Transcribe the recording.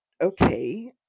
okay